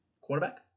Quarterback